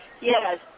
Yes